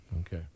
Okay